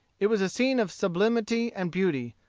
it was a scene of sublimity and beauty,